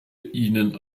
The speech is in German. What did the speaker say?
ihnen